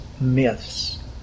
myths